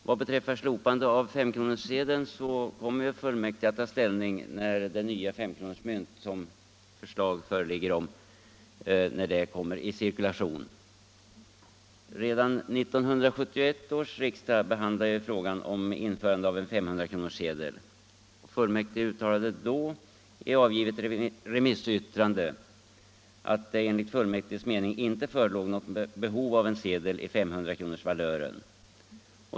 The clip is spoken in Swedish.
Till frågan om slopande av 5-kronorssedeln kommer fullmäktige att ta ställning då det nya S-kronorsmyntet, som det nu föreligger förslag om, kommit i cirkulation. Redan 1971 års riksdag behandlade frågan om införande av en 500 kronorssedel. Fullmäktige uttalade då i ett avgivet remissyttrande ”att det enligt fullmäktiges mening icke föreligger något verkligt behov av en sedel i 500-kronorsvalören”.